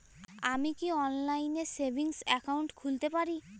আমি কি অনলাইন এ সেভিংস অ্যাকাউন্ট খুলতে পারি?